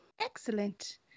Excellent